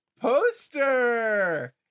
poster